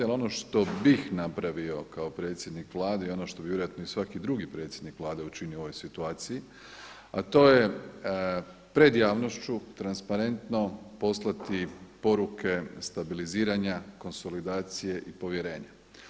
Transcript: Ali ono što bih napravio kao predsjednik Vlade i ono što bi vjerojatno i svaki drugi predsjednik Vlade učinio u ovoj situaciji, a to je pred javnošću transparentno poslati poruke stabiliziranja, konsolidacije i povjerenja.